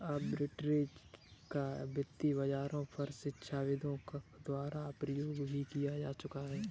arbitrage का वित्त बाजारों पर शिक्षाविदों द्वारा प्रयोग भी किया जा चुका है